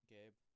Gabe